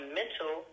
mental